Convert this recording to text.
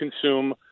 consume